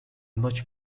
much